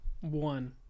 One